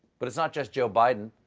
but it's not just joe biden.